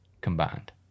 combined